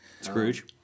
Scrooge